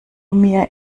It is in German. mir